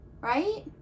right